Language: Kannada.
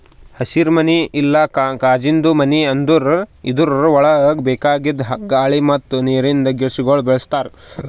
ಹಸಿರುಮನಿ ಇಲ್ಲಾ ಕಾಜಿಂದು ಮನಿ ಅಂದುರ್ ಇದುರ್ ಒಳಗ್ ಬೇಕಾಗಿದ್ ಗಾಳಿ ಮತ್ತ್ ನೀರಿಂದ ಗಿಡಗೊಳಿಗ್ ಬೆಳಿಸ್ತಾರ್